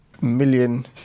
million